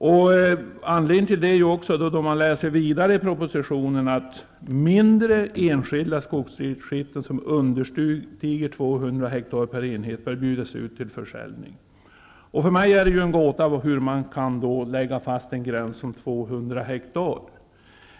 Om man läser vidare i propositionen erfar man att mindre enskilda skogsskiften som understiger 200 hektar per enhet skall bjudas ut till försäljning. För mig är det en gåta hur en gräns som 200 hektar kan läggas fast.